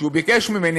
כשהוא ביקש ממני,